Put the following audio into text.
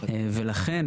לכן,